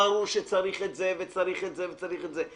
ברור שצריך את זה וצריך את זה וצריך את זה.